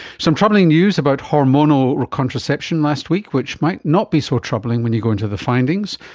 some troubling news about hormonal contraception last week, which might not be so troubling when you go into the findings.